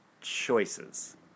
Choices